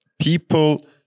people